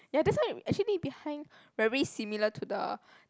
ya that's why actually behind very similar to the